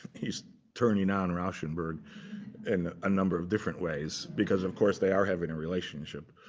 he's turning on rauschenberg in a number of different ways. because, of course, they are having a relationship